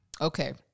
Okay